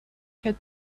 had